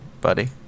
Buddy